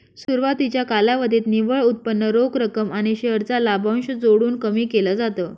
सुरवातीच्या कालावधीत निव्वळ उत्पन्न रोख रक्कम आणि शेअर चा लाभांश जोडून कमी केल जात